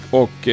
och